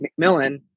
McMillan